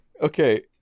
Okay